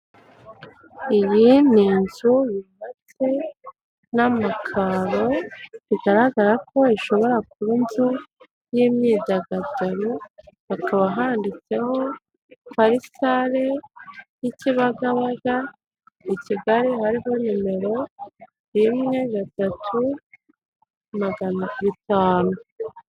Iyi n'inzu y'ubatswe n'amakaro bigaragara ko ishobora kuba inzu y'imyidagaduro, hakaba handitseho ko ari sale y'i Kibagabaga i Kigali. Hariho nimero rimwe gatatu bitanu.